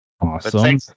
Awesome